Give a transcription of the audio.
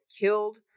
killed